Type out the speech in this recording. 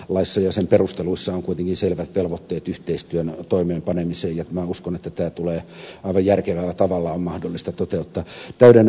laissa ja sen perusteluissa on kuitenkin selvät velvoitteet yhteistyön toimeenpanemiseen ja minä uskon että tämä aivan järkevällä tavalla on mahdollista toteuttaa